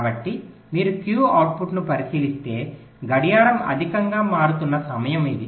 కాబట్టి మీరు Q అవుట్పుట్ను పరిశీలిస్తే గడియారం అధికంగా మారుతున్న సమయం ఇది